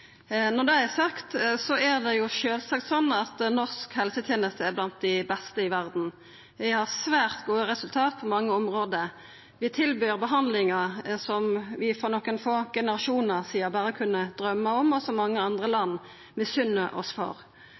Når det er sagt, er det sjølvsagt sånn at norsk helseteneste er blant dei beste i verda. Vi har svært gode resultat på mange område. Vi tilbyr behandlingar som vi for nokre få generasjonar sidan berre kunne drøyma om, og som mange andre land misunner oss.